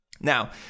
Now